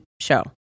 show